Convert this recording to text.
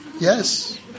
Yes